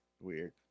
weird